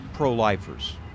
Pro-lifers